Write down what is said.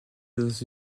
dans